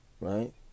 right